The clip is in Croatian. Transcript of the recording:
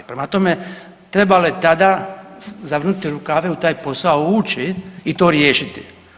Prema tome, trebalo je tada zavrnuti rukave i u taj posao ući i to riješiti.